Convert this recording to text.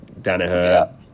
Danaher